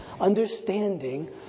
understanding